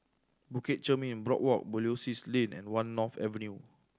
Bukit Chermin Boardwalk Belilios Lane and One North Avenue